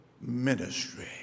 ministry